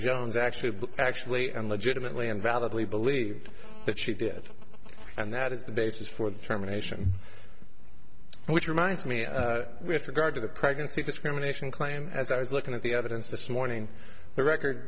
jones actually actually and legitimately invalidly believed that she did and that is the basis for the terminations which reminds me with regard to the pregnancy discrimination claim as i was looking at the evidence this morning the record